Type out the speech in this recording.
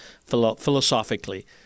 philosophically